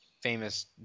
famous